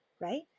right